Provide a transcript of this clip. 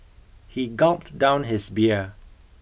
he gulped down his beer